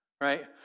right